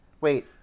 wait